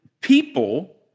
people